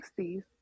60s